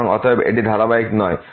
সুতরাং অতএব এটি ধারাবাহিক নয়